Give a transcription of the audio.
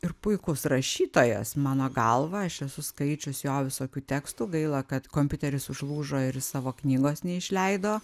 ir puikus rašytojas mano galva aš esu skaičius jo visokių tekstų gaila kad kompiuteris užlūžo ir savo knygos neišleido